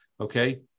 okay